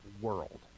world